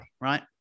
right